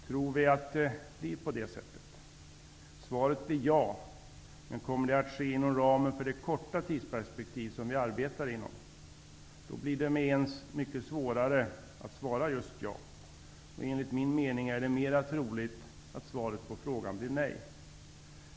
Tror vi att det blir på det sättet? Svaret blir ja -- men kommer det att ske inom det korta tidsperspektiv som vi arbetar inom? På den frågan blir det med ens mycket svårare att svara ja. Enligt min mening är det mer troligt att svaret på frågan blir nej.